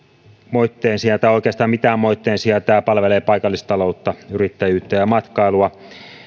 moitteen sijaa tai oikeastaan mitään moitteen sijaa tämä palvelee paikallistaloutta yrittäjyyttä ja matkailua se